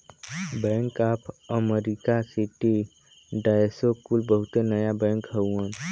bank of America, Citi, Deutsche कुल बहुते नया बैंक हउवन